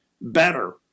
better